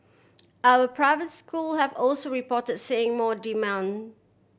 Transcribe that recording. other private school have also reported seeing more demand